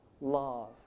love